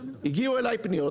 הגיעו אליי פניות,